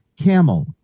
camel